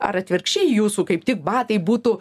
ar atvirkščiai jūsų kaip tik batai būtų